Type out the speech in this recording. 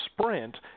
sprint